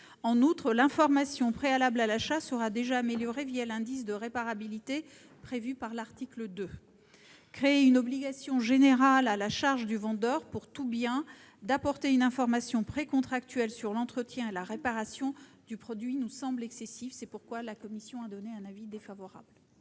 En outre, l'information préalable à l'achat sera déjà améliorée l'indice de réparabilité prévu à l'article 2. Créer une obligation générale à la charge du vendeur consistant à apporter une information précontractuelle sur l'entretien et la réparation d'un produit nous semble excessif. C'est pourquoi la commission a émis un avis défavorable